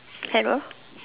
hello